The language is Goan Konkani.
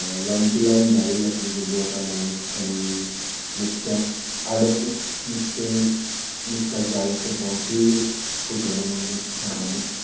लांबची लांब जाळी घातली गेल्ली वता न्ह आनी नुस्त्याक आडोवन नुस्तें नुस्त्याक जाळ्याक फसोवप ही एक फटोवणी म्हणून एक गांवांनी